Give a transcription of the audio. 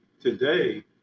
today